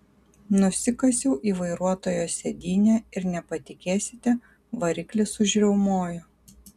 nusikasiau į vairuotojo sėdynę ir nepatikėsite variklis užriaumojo